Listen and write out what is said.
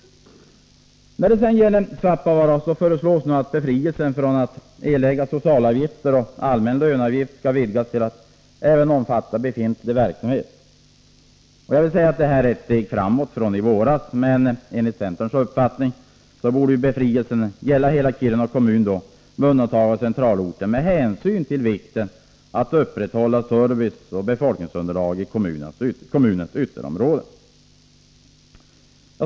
När det gäller Svappavaara föreslås nu att befrielsen från att erlägga socialavgifter och allmän löneavgift skall vidgas till att även omfatta befintlig verksamhet. Det är ett steg framåt från i våras, men enligt centerns uppfattning borde befrielsen gälla hela Kiruna kommun med undantag av centralorten med hänsyn till vikten av att upprätthålla service och befolkningsunderlag i kommunens ytterområden.